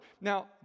Now